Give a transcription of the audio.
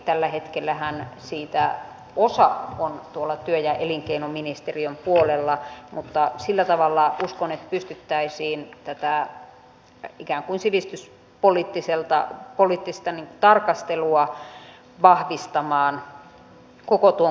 tällä hetkellähän siitä osa on tuolla työ ja elinkeinoministeriön puolella mutta uskon että sillä tavalla pystyttäisiin tätä ikään kuin sivistyspoliittista tarkastelua vahvistamaan koko tuon kotoutuskoulutuskokonaisuuden osalta